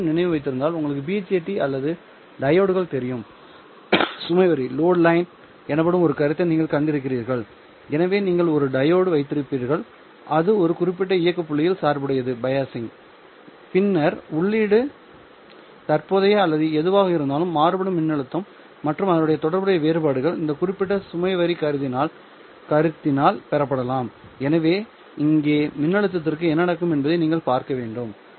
நீங்கள் மீண்டும் நினைவில் வைத்திருந்தால் உங்களுக்கு BJT அல்லது டையோட்கள் தெரியும் சுமை வரி எனப்படும் ஒரு கருத்தை நீங்கள் கண்டிருக்கிறீர்கள் எனவே நீங்கள் ஒரு டையோடு வைத்திருப்பீர்கள் அது ஒரு குறிப்பிட்ட இயக்க புள்ளியில் சார்புடையது பின்னர் உள்ளீடு தற்போதைய அல்லது எதுவாக இருந்தாலும் மாறுபடும் மின்னழுத்தம் மற்றும் அதனுடன் தொடர்புடைய வேறுபாடுகள் இந்த குறிப்பிட்ட சுமை வரி கருத்தினால் பெறப்படலாம் எனவே இங்கே மின்னழுத்தத்திற்கு என்ன நடக்கும் என்பதை நீங்கள் பார்க்க வேண்டும்